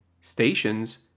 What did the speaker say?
Stations